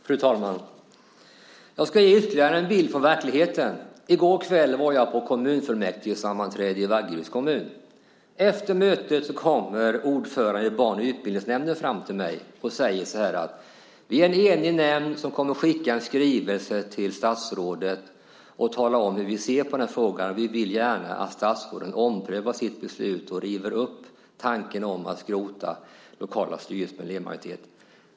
Fru talman! Jag ska ge ytterligare en bild ur verkligheten. I går kväll var jag på kommunfullmäktigesammanträde i Vaggeryds kommun. Efter mötet kom ordföranden i barn och utbildningsnämnden fram till mig och sade: Vi är en enig nämnd som kommer att skicka en skrivelse till statsrådet för att tala om hur vi ser på frågan. Vi vill gärna att statsrådet omprövar sitt beslut och river förslaget att skrota lokala styrelser med elevmajoritet.